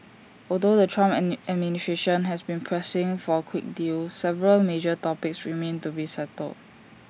although the Trump administration has been pressing for A quick deal several major topics remain to be settled